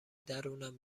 درونم